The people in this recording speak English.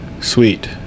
sweet